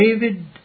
David